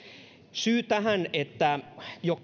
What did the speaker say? syy tähän että jo